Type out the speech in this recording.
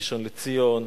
ראשון-לציון,